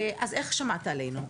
איך שמעת עלינו?